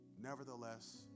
Nevertheless